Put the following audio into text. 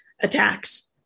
attacks